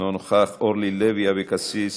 אינו נוכח, אורלי לוי אבקסיס,